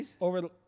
over